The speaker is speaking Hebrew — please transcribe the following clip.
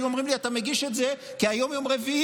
היו אומרים לי: אתה מגיש את זה כי היום יום רביעי